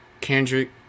Kendrick